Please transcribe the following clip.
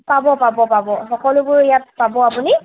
পাব পাব পাব সকলোবোৰ ইয়াত পাব আপুনি